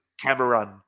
Cameron